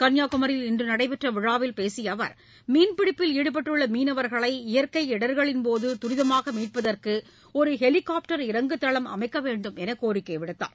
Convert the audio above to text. கன்னியாகுமரியில் இன்று நடைபெற்ற விழாவில் பேசிய அவர் மீன்பிடிப்பில் ஈடுபட்டுள்ள மீனவர்களை இயற்கை இடர்பாடுகளின்போது துரிதமாக மீட்பதற்கு ஒரு ஹெலிகாப்டர் இறங்குதளம் அமைக்க வேண்டும் என்று கோரிக்கை வைத்தார்